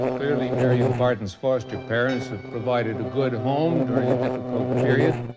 clearly, miriam parten's foster parents have provided a good home during a difficult period.